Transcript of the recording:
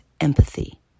empathy